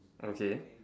okay